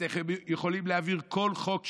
אתם יכולים להעביר כל חוק שהוא,